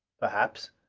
perhaps.